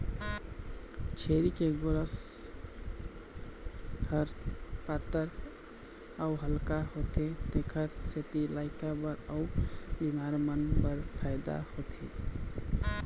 छेरी के गोरस ह पातर अउ हल्का होथे तेखर सेती लइका बर अउ बिमार मन बर फायदा के होथे